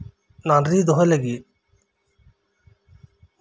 ᱱᱟᱹᱰᱨᱤ ᱫᱚᱦᱚᱭ ᱞᱟᱹᱜᱤᱫ